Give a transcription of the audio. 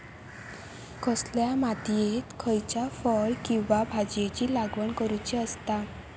कसल्या मातीयेत खयच्या फळ किंवा भाजीयेंची लागवड करुची असता?